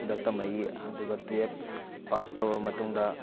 ꯗ ꯇꯝꯂꯀꯏ ꯑꯗꯨꯒ twelve pass ꯇꯧꯔꯕ ꯃꯇꯨꯡꯗ